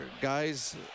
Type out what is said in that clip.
guys